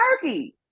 turkey